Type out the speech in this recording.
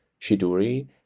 Shiduri